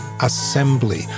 Assembly